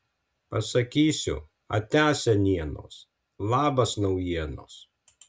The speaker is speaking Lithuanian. pasakysiu atia senienos labas naujienos